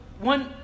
one